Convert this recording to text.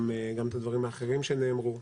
גם את הדברים האחרים שנאמרו.